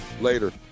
Later